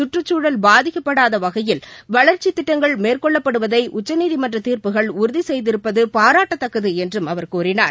சுற்றுச்சூழல் பாதிக்கப்படாத வகையில் வளர்ச்சித் திட்டங்கள் மேற்கொள்ளப்படுவதை உச்சநீதிமன்ற தீர்ப்புகள் உறுதி செய்திருப்பது பாராட்டத்தக்கது என்றும் அவர் கூறினார்